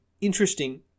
interesting